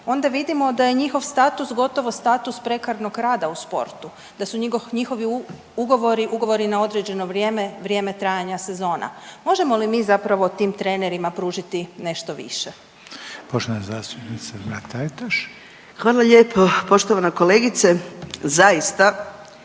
onda vidimo da je njihov status gotovo status prekarnog rada u sportu, da su njihovi ugovori ugovori na određeno vrijeme, vrijeme trajanja sezona, možemo li mi zapravo tim trenerima pružiti nešto više? **Reiner, Željko (HDZ)** Poštovana zastupnica